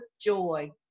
joy